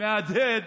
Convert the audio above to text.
מהדהד,